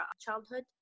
childhood